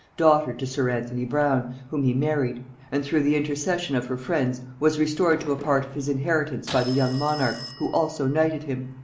daughter to sir anthony brown, whom he married and through the intercession of her friends was restored to a part of his inheritance by the young monarch, who also knighted him.